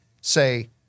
Say